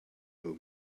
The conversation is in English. home